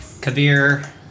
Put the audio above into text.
Kabir